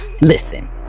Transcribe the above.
listen